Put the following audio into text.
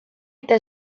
eta